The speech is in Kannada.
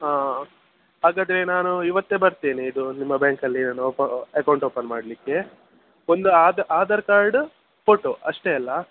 ಹಾಂ ಹಾಗಾದರೆ ನಾನು ಇವತ್ತೇ ಬರ್ತೀನಿ ಇದು ನಿಮ್ಮ ಬ್ಯಾಂಕಲ್ಲಿ ಏನ್ ಒಪೊ ಅಕೌಂಟ್ ಓಪನ್ ಮಾಡಲಿಕ್ಕೆ ಒಂದು ಆಧಾರ್ ಆಧಾರ್ ಕಾರ್ಡ್ ಫೋಟೋ ಅಷ್ಟೇ ಅಲ್ವಾ